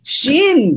Shin